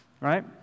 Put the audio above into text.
Right